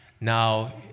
Now